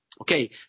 Okay